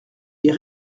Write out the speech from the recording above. est